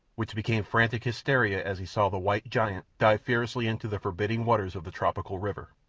which became frantic hysteria as he saw the white giant dive fearlessly into the forbidding waters of the tropical river.